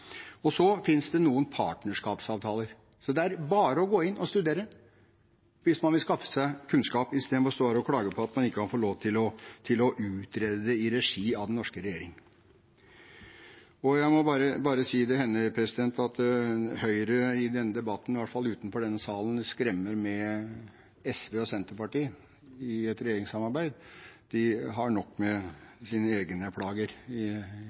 Så finnes det noen partnerskapsavtaler. Det er bare å gå inn og studere hvis man vil skaffe seg kunnskap, i stedet for å stå her og klage på at man ikke kan få lov til å utrede det i regi av den norske regjering. Jeg må si det hender at Høyre i denne debatten, i hvert fall utenfor denne salen, skremmer med SV og Senterpartiet i et regjeringssamarbeid. I så måte har de nok med sine egne plager,